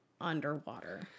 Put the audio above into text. underwater